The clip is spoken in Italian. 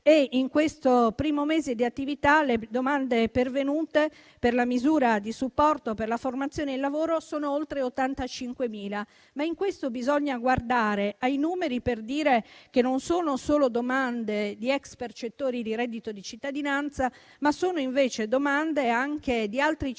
e in questo primo mese di attività le domande pervenute per la misura di supporto per la formazione e il lavoro sono oltre 85.000. In questo bisogna guardare ai numeri, per dire che sono domande non solo di ex percettori di reddito di cittadinanza, ma anche di altri cittadini,